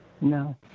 No